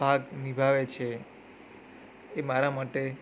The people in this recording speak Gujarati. ભાગ નિભાવે છે એ મારા માટે